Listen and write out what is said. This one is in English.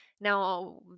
Now